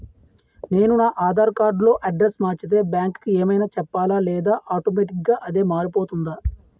నేను నా ఆధార్ కార్డ్ లో అడ్రెస్స్ మార్చితే బ్యాంక్ కి ఏమైనా చెప్పాలా లేదా ఆటోమేటిక్గా అదే మారిపోతుందా?